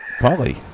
Polly